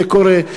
זה קורה.